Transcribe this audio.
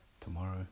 tomorrow